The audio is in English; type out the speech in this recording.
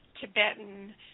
Tibetan